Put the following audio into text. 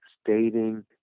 stating